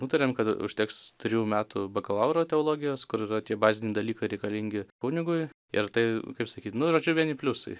nutarėm kad užteks trijų metų bakalauro teologijos kur yra tie baziniai dalykai reikalingi kunigui ir tai kaip sakyt nu žodžiu vieni pliusai